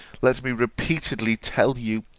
let me repeatedly tell you,